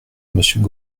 monsieur